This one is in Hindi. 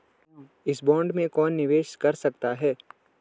इस बॉन्ड में कौन निवेश कर सकता है?